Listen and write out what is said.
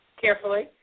Carefully